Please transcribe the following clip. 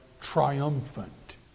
triumphant